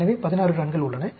எனவே 16 ரன்கள் உள்ளன